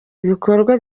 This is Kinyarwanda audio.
ibikorwa